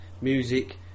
music